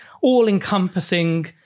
all-encompassing